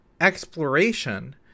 exploration